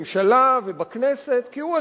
בממשלה ובכנסת כי הוא החליט,